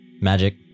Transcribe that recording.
magic